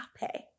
happy